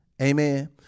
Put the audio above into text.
Amen